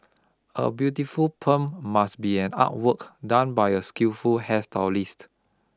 a beautiful perm must be an artwork done by a skillful hairstylist